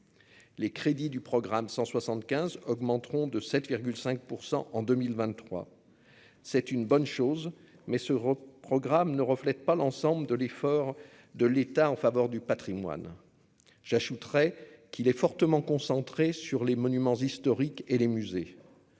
les crédits du programme 175 augmenteront de 7 5 % en 2023, c'est une bonne chose mais ce programme ne reflète pas l'ensemble de l'effort de l'État en faveur du Patrimoine, j'ajouterai qu'il est fortement concentré sur les monuments historiques et les musées,